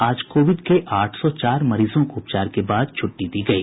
आज कोविड के आठ सौ चार मरीजों को उपचार के बाद छुट्टी दी गयी